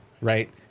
Right